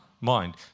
mind